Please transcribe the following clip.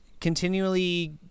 continually